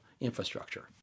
infrastructure